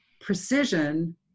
precision